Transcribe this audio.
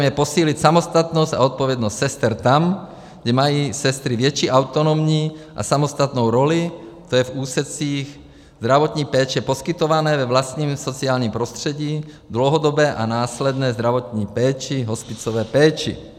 Záměrem je posílit samostatnost a odpovědnost sester tam, kde mají sestry větší autonomní a samostatnou roli, to je v úsecích zdravotní péče poskytované ve vlastním sociálním prostředí, dlouhodobé a následné zdravotní péči, hospicové péči.